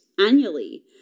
annually